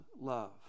love